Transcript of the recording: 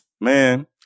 Man